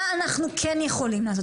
מה אנחנו כן יכולים לעשות.